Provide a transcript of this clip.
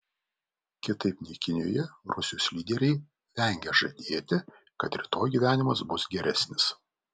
kitaip nei kinijoje rusijos lyderiai vengia žadėti kad rytoj gyvenimas bus geresnis